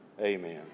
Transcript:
Amen